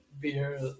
beer